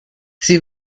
sie